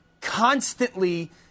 constantly